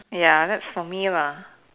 ya that's for me lah